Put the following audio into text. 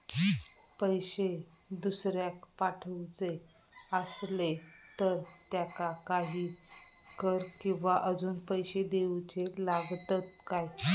पैशे दुसऱ्याक पाठवूचे आसले तर त्याका काही कर किवा अजून पैशे देऊचे लागतत काय?